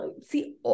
see